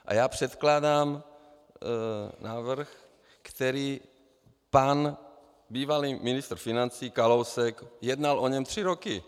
A já předkládám návrh, který pan bývalý ministr financí Kalousek, jednal o něm tři roky.